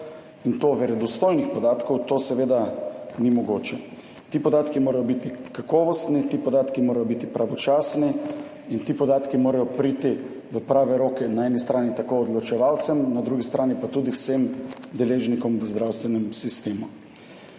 in to verodostojnih podatkov, to seveda ni mogoče. Ti podatki morajo biti kakovostni, ti podatki morajo biti pravočasni in ti podatki morajo priti v prave roke na eni strani tako odločevalcem, na drugi strani pa tudi vsem deležnikom v zdravstvenem sistemu.